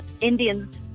Indians